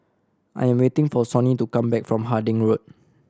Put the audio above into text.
I am waiting for Sonny to come back from Harding Road